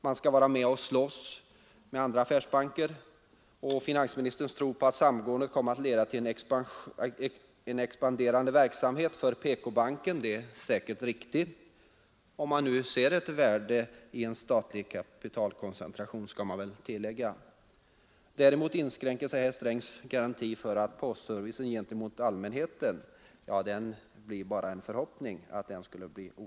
Man skall vara med och slåss med andra affärsbanker, och finansministerns tro på att samgåendet kommer att leda till en expanderande verksamhet för PK-banken är säkert riktig — om det nu är något värde i en statlig kapitalkoncentration, skall man väl tillägga. Däremot inskränker sig herr Strängs garanti för att postservicen gentemot allmänheten skall bestå till en förhoppning.